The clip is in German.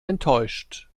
enttäuscht